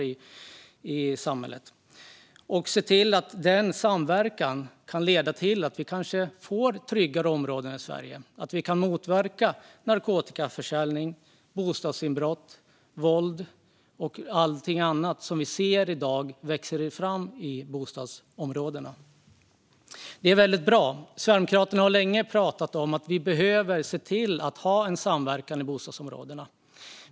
Denna samverkan kanske kan leda till att vi får tryggare områden i Sverige och att vi kan motverka narkotikaförsäljning, bostadsinbrott, våld och allt annat som vi i dag ser växer fram i bostadsområdena. Det är väldigt bra. Sverigedemokraterna har länge pratat om att vi behöver se till att vi har en samverkan i bostadsområdena.